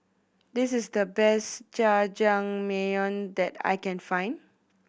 this is the best Jajangmyeon that I can find